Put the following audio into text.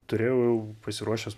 turėjau pasiruošęs